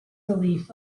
relief